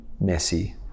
messy